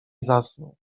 zasnął